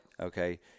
Okay